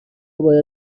باید